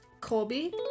Colby